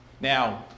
Now